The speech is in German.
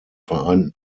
vereinten